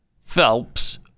Phelps